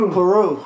Peru